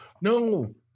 no